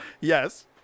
Yes